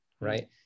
right